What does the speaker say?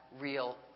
real